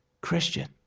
Christian